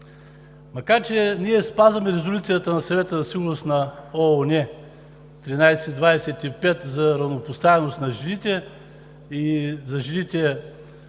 Макар че ние спазваме Резолюцията на Съвета за сигурност на ООН № 1325 за равнопоставеност на жените, мира и